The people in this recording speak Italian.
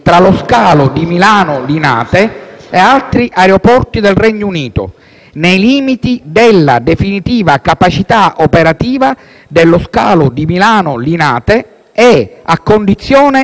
e altri aeroporti del Regno Unito, nei limiti della definita capacità operativa dello scalo di Milano Linate e a condizione di reciprocità.».